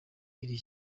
iri